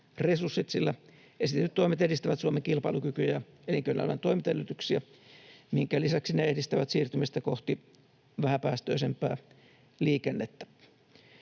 resurssit, sillä esitetyt toimet edistävät Suomen kilpailukykyä ja elinkeinoelämän toimintaedellytyksiä, minkä lisäksi ne edistävät siirtymistä kohti vähäpäästöisempää liikennettä.